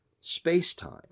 space-time